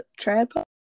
trad